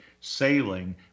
sailing